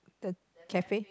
the cafe